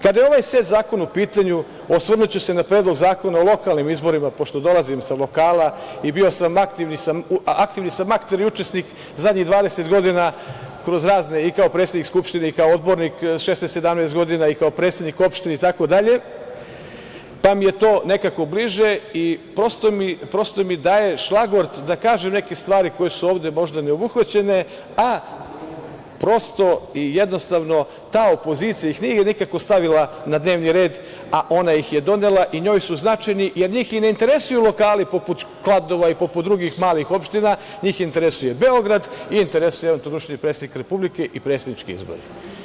Kada je ovaj set zakona u pitanju osvrnuću se na Predlog zakona o lokalnim izborima pošto dolazim sa lokala i aktivni sam akter i učesnik zadnjih 20 godina kroz razne, i kao predsednik Skupštine, i kao odbornik 16, 17 godina i kao predsednik opštine, itd, pa mi je to nekako bliže, prosto mi daje šlagort da kažem neke stvari koje su ovde možda ne obuhvaćene, a prosto i jednostavno, ta opozicija ih nije nikako stavila na dnevni red, a ona ih je donela i njoj su značajni, jer njih i ne interesuju lokali poput Kladova i poput drugih malih opština, njih interesuje Beograd, interesuje ih predsednik Republike i predsednički izbori.